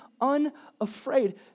unafraid